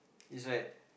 it's like